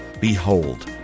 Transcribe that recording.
Behold